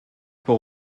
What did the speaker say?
pour